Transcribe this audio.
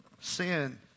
sin